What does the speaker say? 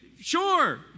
Sure